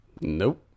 Nope